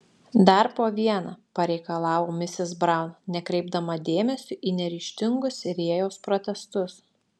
dar po vieną pareikalavo misis braun nekreipdama dėmesio į neryžtingus rėjaus protestus